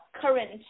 current